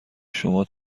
شما